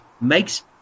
makes